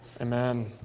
amen